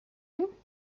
you